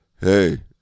hey